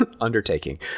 undertaking